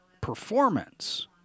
performance